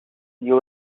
you